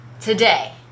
Today